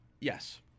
Yes